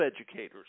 educators